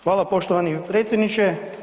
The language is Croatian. Hvala poštovani predsjedniče.